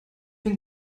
bin